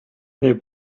they